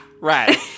right